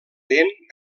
vent